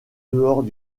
dehors